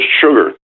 sugar